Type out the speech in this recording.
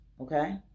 okay